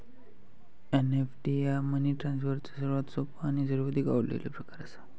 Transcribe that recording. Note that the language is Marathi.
एन.इ.एफ.टी ह्या मनी ट्रान्सफरचो सर्वात सोपो आणि सर्वाधिक आवडलेलो प्रकार असा